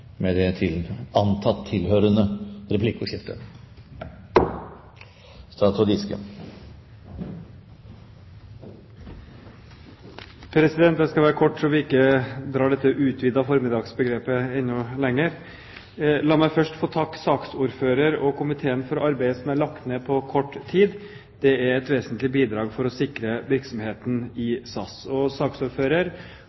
det antatt tilhørende replikkordskifte, dersom Stortinget slutter seg til det. – Det anses vedtatt. Jeg skal være kort, slik at vi ikke trekker det utvidede formiddagsbegrepet enda lenger. La meg først få takke saksordføreren og komiteen for arbeidet som er lagt ned på kort tid. Det er et vesentlig bidrag for å sikre virksomheten i